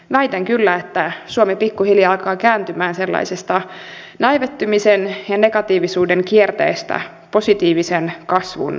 väitän kyllä että suomi pikkuhiljaa alkaa kääntymään sellaisesta näivettymisen ja negatiivisuuden kierteestä positiivisen kasvun uralle